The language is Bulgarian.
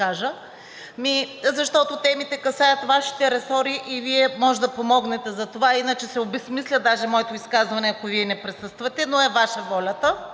защото темите касаят Вашите ресори и Вие можете да помогнете за това. Иначе се обезсмисля моето изказване, ако Вие не присъствате, но е Ваша волята.